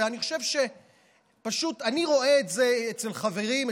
אני רואה את זה אצל חברים,